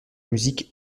musique